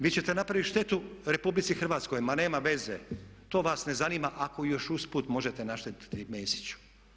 Vi ćete napraviti štetu RH, ma nema veze, to vas ne zanima ako još usput možete naštetiti Mesiću.